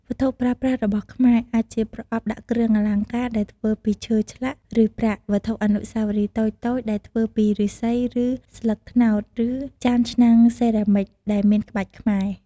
វត្ថុប្រើប្រាស់របស់ខ្មែរ អាចជា ប្រអប់ដាក់គ្រឿងអលង្ការដែលធ្វើពីឈើឆ្លាក់ ឬប្រាក់ វត្ថុអនុស្សាវរីយ៍តូចៗដែលធ្វើពីឫស្សី ឬស្លឹកត្នោត ឬ ចានឆ្នាំងសេរ៉ាមិច ដែលមានក្បាច់ខ្មែរ។